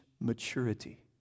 maturity